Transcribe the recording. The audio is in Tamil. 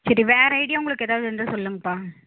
சரி வேறு ஐடியா உங்களுக்கு எதாக இருந்தால் சொல்லுங்கபா